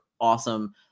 awesome